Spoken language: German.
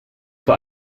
vor